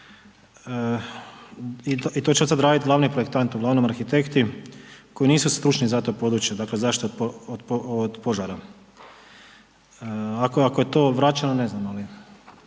I to je će od sada raditi glavni projektant, uglavnom arhitekti koji nisu stručni za to područje, dakle zaštita od požara. Ako je to vraćeno ne znam, ali